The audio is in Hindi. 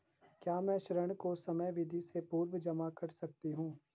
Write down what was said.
क्या मैं ऋण को समयावधि से पूर्व जमा कर सकती हूँ?